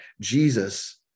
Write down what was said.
Jesus